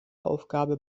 aufgabe